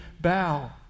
bow